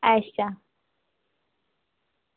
अच्छा